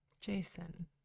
jason